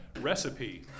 recipe